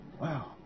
Wow